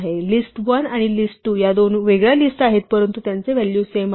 तर list1 आणि list2 या दोन वेगळ्या लिस्ट आहेत परंतु त्यांचे व्हॅल्यू सेम आहे